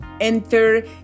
enter